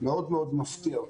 מאוד מאוד מפתיע אותי.